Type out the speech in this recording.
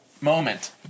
moment